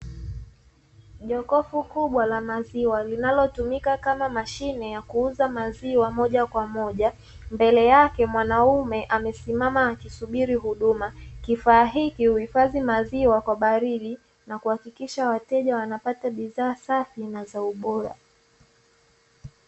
Jokufu kubwa la maziwa linalotumika kama mashine ya kuuza maziwa moja kwa moja, mbele yake mwanaume amesimama akisubiri huduma. Kifaa hiki huhifadhi maziwa kwa baridi na kuhakikisha wateja wanapata bidhaa safi na za ubora.